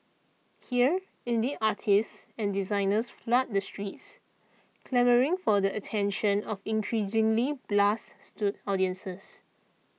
here indie artists and designers flood the streets clamouring for the attention of increasingly blase audiences